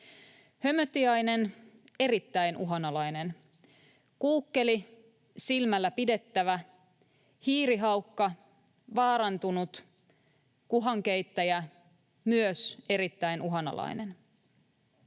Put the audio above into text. hömötiainen erittäin uhanalainen, kuukkeli silmälläpidettävä, hiirihaukka vaarantunut, kuhankeittäjä myös erittäin uhanalainen.